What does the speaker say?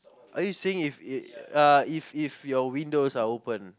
are you saying if if uh if if your windows are open